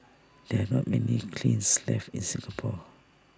there are not many kilns left in Singapore